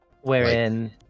wherein